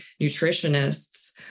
nutritionists